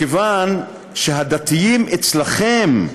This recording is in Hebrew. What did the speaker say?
מכיוון שהדתיים אצלכם,